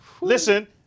Listen